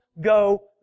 go